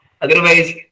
Otherwise